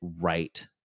right